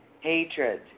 hatred